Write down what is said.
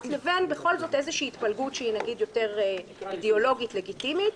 לבין בכל זאת איזושהי התפלגות שהיא נגיד יותר אידאולוגית לגיטימית,